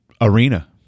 arena